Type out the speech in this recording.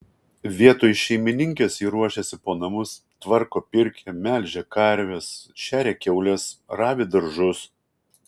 vietoj šeimininkės ji ruošiasi po namus tvarko pirkią melžia karves šeria kiaules ravi daržus